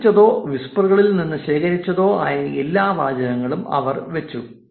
സൃഷ്ടിച്ചതോ വിസ്പറുകളിൽ നിന്ന് ശേഖരിച്ചതോ ആയ എല്ലാ വാചകങ്ങളും അവർ വെച്ചു